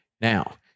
Now